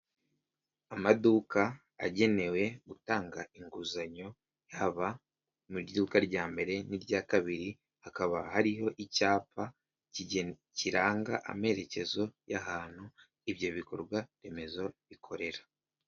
Amaduka agenewe gutanga inguzanyo haba mu iduka rya mbere n'irya kabiri hakaba hariho icyapa kiranga amerekezo y'ahantu ibyo bikorwa remezo bikorera.